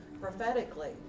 prophetically